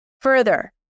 further